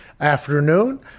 afternoon